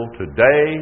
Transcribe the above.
today